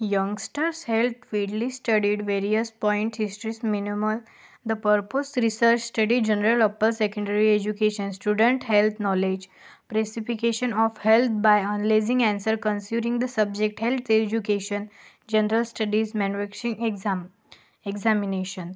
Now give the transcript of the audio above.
youngsters health widely studied various point histories minimal the purpose research study general upper secondary education student health knowledge precipitation of health by अनलेजिंग answer concerning the subject health education general studies मॅनविकसींग exam examination